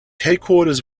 headquarters